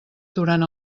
durant